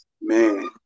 Man